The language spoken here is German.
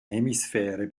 hemisphäre